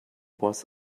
was